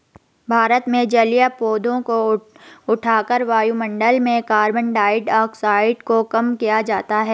भारत में जलीय पौधों को उठाकर वायुमंडल में कार्बन डाइऑक्साइड को कम किया जाता है